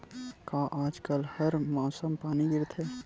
का आज कल हर मौसम पानी गिरथे?